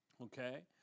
okay